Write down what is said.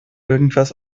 irgendwas